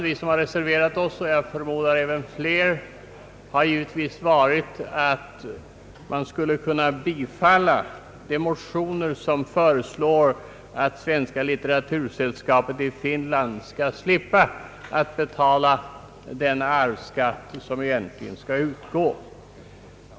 Vi som har reserverat oss — och jag förmodar även andra — hade givetvis önskat att man skulle kunnat bifalla de motioner som föreslår att Svenska litteratursällskapet i Finland skall slippa betala den arvsskatt som egentligen skall utgå.